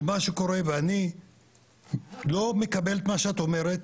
אני לא מקבל את מה שאת אומרת,